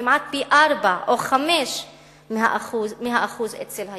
כמעט פי-ארבעה או חמישה מהאחוז אצל היהודים.